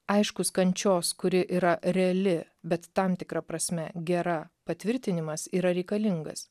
aiškus kančios kuri yra reali bet tam tikra prasme gera patvirtinimas yra reikalingas